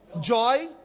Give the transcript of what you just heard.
joy